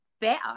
better